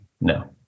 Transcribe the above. no